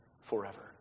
forever